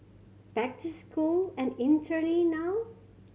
back to school and interning now